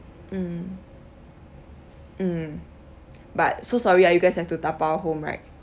mm mm but so sorry ah you guys have to dabao home right